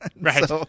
Right